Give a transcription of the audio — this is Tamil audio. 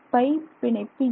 பை பிணைப்பு இல்லை